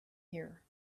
here